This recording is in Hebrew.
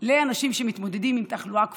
לאנשים שמתמודדים עם תחלואה כפולה,